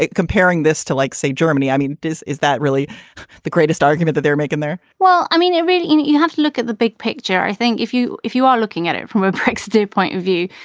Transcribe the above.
comparing this to like, say, germany, i mean, this is that really the greatest argument that they're making there? well, i mean, it really you know you have to look at the big picture. i think if you if you are looking at it from a brexit point of view,